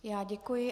Já děkuji.